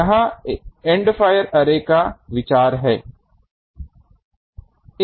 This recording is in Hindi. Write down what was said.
यह एंड फायर अर्रे का विचार है